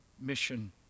mission